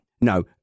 No